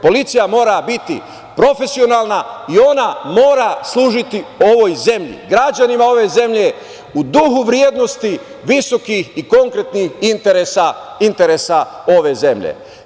Policija mora biti profesionalna i ona mora služiti ovoj zemlji, građanima ove zemlje u duhu vrednosti visokih i konkretnih interesa ove zemlje.